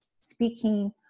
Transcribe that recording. speaking